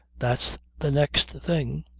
that's the next thing.